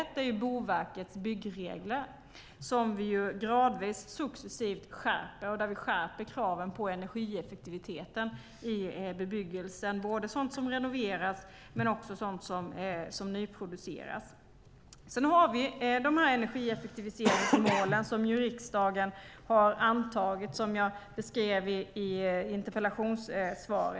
Ett är Boverkets byggregler som vi gradvis successivt skärper. Där skärper vi kraven på energieffektivitet i bebyggelsen, både sådant som renoveras och sådant som nyproduceras. Sedan har vi energieffektiviseringsmålen, som riksdagen har antagit och som jag beskrev i interpellationssvaret.